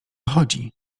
chodzi